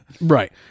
Right